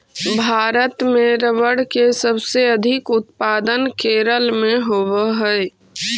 भारत में रबर के सबसे अधिक उत्पादन केरल में होवऽ हइ